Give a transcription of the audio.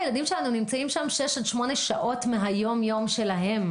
הילדים שלנו נמצאים שם שש עד שמונה שעות מהיום-יום שלהם.